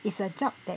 it's a job that